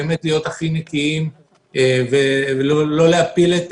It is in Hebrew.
באמת להיות הכי נקיים ולא להפיל את